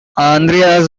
andreas